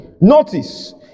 Notice